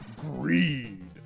greed